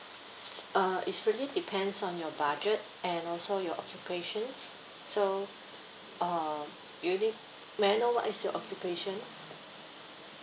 uh it's really depends on your budget and also your occupations so uh you need may I know what is your occupations